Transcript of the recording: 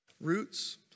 Roots